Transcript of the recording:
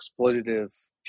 exploitative